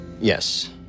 Yes